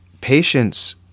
patience